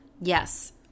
Yes